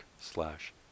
slash